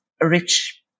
rich